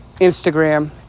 Instagram